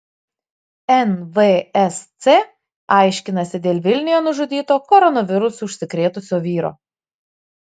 nvsc aiškinasi dėl vilniuje nužudyto koronavirusu užsikrėtusio vyro